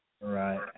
Right